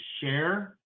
share